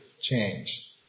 change